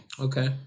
okay